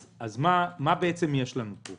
מה יש לנו פה?